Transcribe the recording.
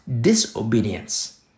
disobedience